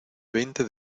veinte